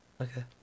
Okay